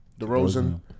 DeRozan